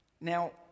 now